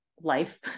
life